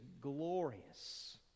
glorious